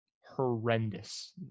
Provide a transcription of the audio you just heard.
horrendous